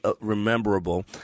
rememberable